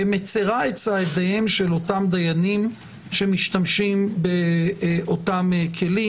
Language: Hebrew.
מצרה את צעדיהם של אותם דיינים שמשתמשים באותם כלים?